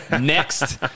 Next